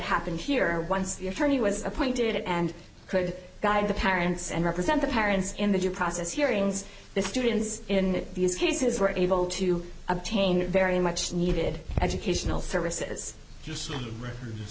happened here once the attorney was appointed and could guide the parents and represent the parents in the due process hearings the students in these cases were able to obtain very much needed educational services